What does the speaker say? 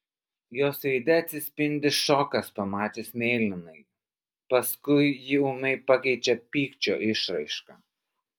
jos veide atsispindi šokas pamačius mėlynąjį paskui jį ūmai pakeičia pykčio išraiška